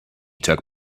took